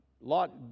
Lot